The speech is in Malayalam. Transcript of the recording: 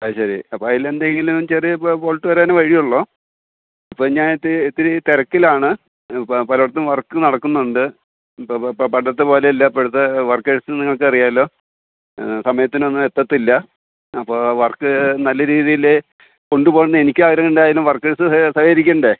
അതുശരി അപ്പോൾ അതിലെന്തെങ്കിലും ചെറിയ ഫോൾട്ട് വരാനെ വഴിയുള്ളു ഇപ്പം ഞാൻ ഇത്തിരി തിരക്കിലാണ് അതിനിപ്പോൾ പലയിടത്തും വർക്ക് നടക്കുന്നതുകൊണ്ട് പണ്ടത്തെപ്പോലെയല്ല ഇപ്പോഴത്തെ വര്ക്കേഴ്സിനെ നിങ്ങൾക്കറിയാമല്ലോ സമയത്തിനൊന്നും എത്തത്തില്ല അപ്പോൾ വർക്ക് നല്ല രീതിയിൽ കൊണ്ടുപോകണമെന്ന് എനിക്ക് ആഗ്രഹം ് ഉണ്ടായാലും വർക്കേഴ്സ് സഹകരിക്കണ്ടെ